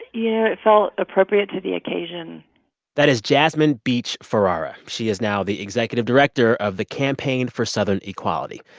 yeah it felt appropriate to the occasion that is jasmine beach-ferrara. she is now the executive director of the campaign for southern equality.